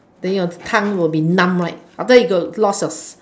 mm then your tongue will be numb right after that you got to lost your